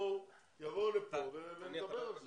יבואו לכאן ונדבר על זה.